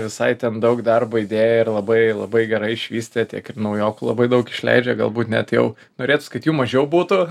visai ten daug darbo įdėję ir labai labai gerai išvystė tiek ir naujokų labai daug išleidžia galbūt net jau norėtųs kad jų mažiau būtų